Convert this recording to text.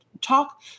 talk